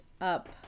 up